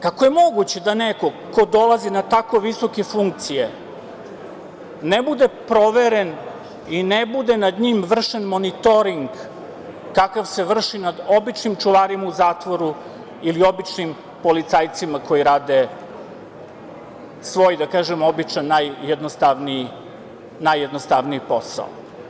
Kako je moguće da neko ko dolazi na tako visoke funkcije ne bude proveren i ne bude nad njim vršen monitoring kakav se vrši nad običnim čuvarima u zatvoru ili običnim policajcima koji rade svoj, da kažem običan, najjednostavniji posao?